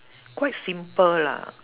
quite simple lah